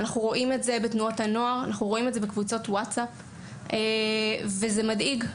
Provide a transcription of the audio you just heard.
אנחנו רואים את זה בתנועות הנוער ובקבוצותWhatsApp וזה מדאיג.